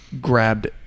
grabbed